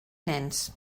nens